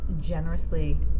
generously